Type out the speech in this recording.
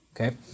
Okay